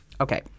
Okay